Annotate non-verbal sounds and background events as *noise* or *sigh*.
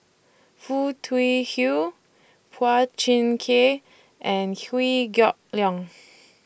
Foo Tui *unintelligible* Phua Thin Kiay and *unintelligible* Geok Leong